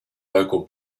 local